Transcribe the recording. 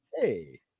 hey